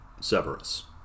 Severus